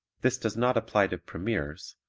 this does not apply to premieres,